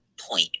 point